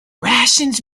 rations